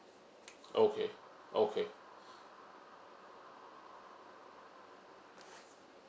okay okay